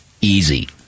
easy